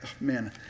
man